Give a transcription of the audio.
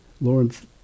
Lawrence